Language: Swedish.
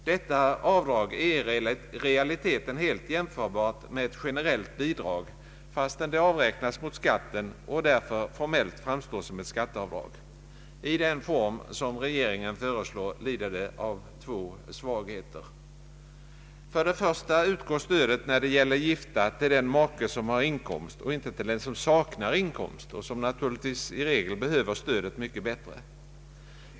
Detta avdrag är i realiteten helt jämförbart med ett generellt bidrag, fast det avräknas mot skatten och därför formellt framstår som ett skatteavdrag. I den form som regeringen föreslår, lider det av två svagheter. Först och främst utgår stödet när det gäller gifta till den make som har inkomst och inte till den som saknar inkomst och som naturligtvis i regel behöver stödet mycket bättre.